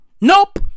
Nope